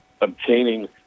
obtaining